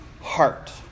heart